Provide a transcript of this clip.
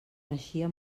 naixia